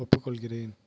ஒப்புக்கொள்கிறேன்